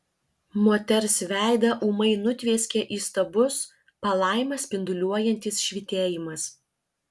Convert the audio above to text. moters veidą ūmai nutvieskė įstabus palaimą spinduliuojantis švytėjimas